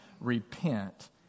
repent